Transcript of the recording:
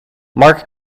marc